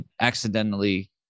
accidentally